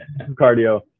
cardio